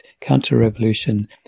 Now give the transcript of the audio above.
counter-revolution